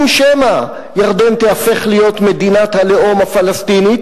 שמא ירדן תיהפך להיות מדינת הלאום הפלסטינית,